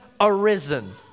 arisen